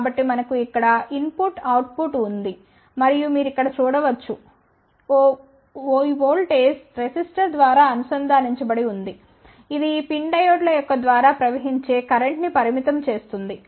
కాబట్టి మనకు ఇక్కడ ఇన్ పుట్ అవుట్ పుట్ ఉంది మరియు మీరు ఇక్కడ చూడవచ్చు ఈ ఓల్టేజ్ రెసిస్టర్ ద్వారా అనుసంధానించబడి ఉంది ఇది ఈ PIN డయోడ్ల ద్వారా ప్రవహించే కరెంట్ ని పరిమితం చేస్తుంది